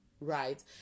right